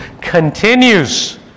continues